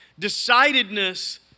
decidedness